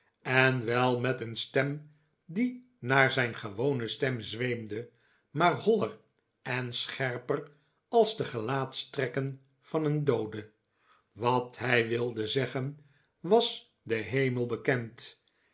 en wel met een stem die naar zijn gewone stem zweemde maar holler en scherper als de gelaatstrekken van een doode wat hij wilde zeggen was den hemel bekend